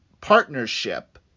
partnership